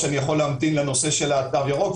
אני קורא מפה לשאר הגורמים סביב השולחן: